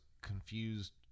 confused